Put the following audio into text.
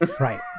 Right